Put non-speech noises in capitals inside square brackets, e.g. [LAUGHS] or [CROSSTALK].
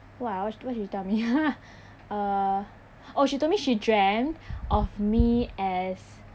what ah what she tell me [LAUGHS] uh oh she told me she dreamt of me as